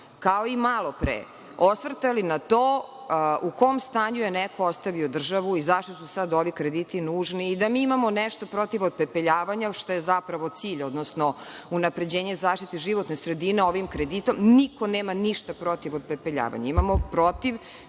kao i malopre, osvrtali na to u kom stanju je neko ostavio državu i zašto su sada ovi krediti nužni i da mi imamo nešto protiv otpepeljavanja, što je zapravo cilj, odnosno unapređenje zaštite životne sredine ovim kreditom. Niko nema ništa protiv otpepeljavanja. Imamo protiv